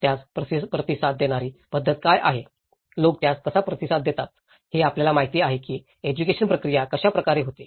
त्यास प्रतिसाद देणारी पद्धत काय आहे लोक त्यास कसा प्रतिसाद देतात हे आपल्याला माहित आहे की एज्युकेशन प्रक्रिया अशा प्रकारे होते